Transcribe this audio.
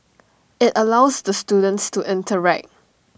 IT allows the students to interact